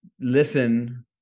listen